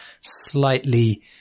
slightly